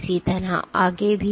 इसी तरह आगे भी